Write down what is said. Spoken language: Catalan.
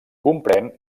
comprèn